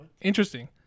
interesting